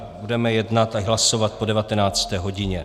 Budeme jednat a hlasovat po 19. hodině.